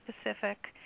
specific